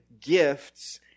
gifts